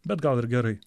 bet gal ir gerai